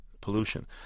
pollution